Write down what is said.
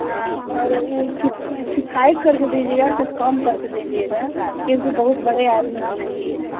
और उ किफ़ायत करके दीजिएगा कुछ कम करके दीजिएगा क्यूोंकि बहुत बड़े आदमी हम नहीं हैं